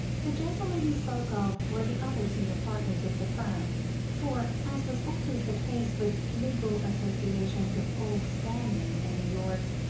the gentlemen he spoke of were the other senior partners of the firm for, as was always the case with legal associations of old standing in new york,